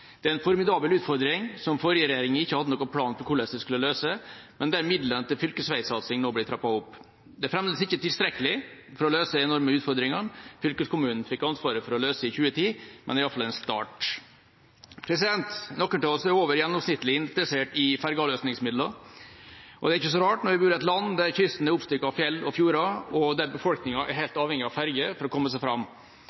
Det er en formidabel utfordring som den forrige regjeringa ikke hadde noen plan for hvordan den skulle løse, men midlene til fylkesvegsatsing blir nå trappet opp. Det er fremdeles ikke tilstrekkelig for å løse de enorme utfordringene fylkeskommunene fikk ansvaret for å løse i 2010, men det er iallfall en start. Noen av oss er over gjennomsnittlig interessert i fergeavløsningsmidler, og det er ikke så rart når vi bor i et land der kysten er oppstykket av fjell og fjorder, og der befolkninga er helt avhengig av ferger for å komme seg fram.